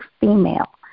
female